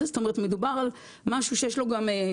זאת אומרת שמדובר על משהו שיש לו שיניים,